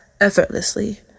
effortlessly